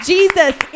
Jesus